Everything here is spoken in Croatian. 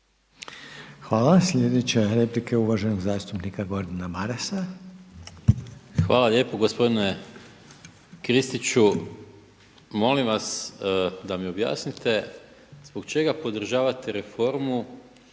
(HDZ)** Sljedeća replika je uvaženog zastupnika Gordana Marasa. **Maras, Gordan (SDP)** Hvala lijepo. Gospodine Kristiću, molim vas da mi objasnite zbog čega podržavate reformu